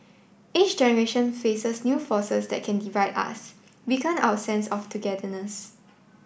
each generation faces new forces that can divide us weaken our sense of togetherness